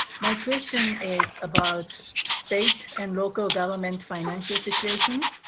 my question is about state and local government financial situation.